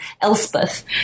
Elspeth